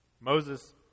Moses